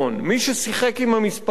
מי ששיחק עם המספרים,